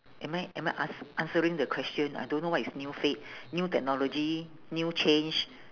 am I am I ask answering the question I don't know what is new fad new technology new change